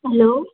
hello